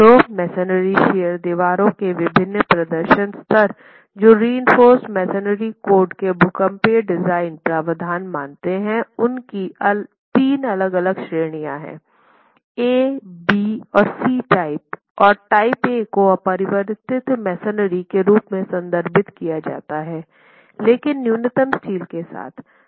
तो masonry shear दीवारों के विभिन्न प्रदर्शन स्तर जो रिइंफोर्स मेसनरी कोड के भूकंपीय डिज़ाइन प्रावधान मानते हैं उन की 3 अलग अलग श्रेणियां हैं ए टाइप बी टाइप और सी टाइप और टाइप ए को अपरिवर्तित मेसनरी के रूप में संदर्भित किया जाता है लेकिन न्यूनतम स्टील के साथ है